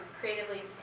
creatively